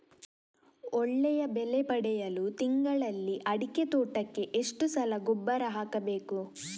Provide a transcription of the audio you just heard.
ಒಳ್ಳೆಯ ಬೆಲೆ ಪಡೆಯಲು ತಿಂಗಳಲ್ಲಿ ಅಡಿಕೆ ತೋಟಕ್ಕೆ ಎಷ್ಟು ಸಲ ಗೊಬ್ಬರ ಹಾಕಬೇಕು?